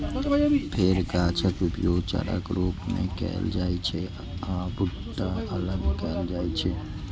फेर गाछक उपयोग चाराक रूप मे कैल जाइ छै आ भुट्टा अलग कैल जाइ छै